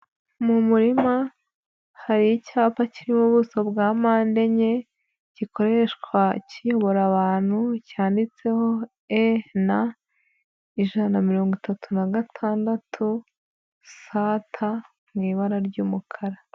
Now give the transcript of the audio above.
Mu murima hari icyapa kiri mu ubuso bwa mpande enye, gikoreshwa kiyobora abantu, cyanitseho, e, na, ijana mirongo na itatu na gatandatu, sa, ta, mu ibara ry'umukara.